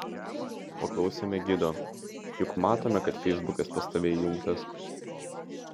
paklausėme gido juk matome kad feisbukas pas tave įjungtas